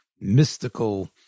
mystical